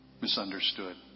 Misunderstood